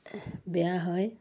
বেয়া হয়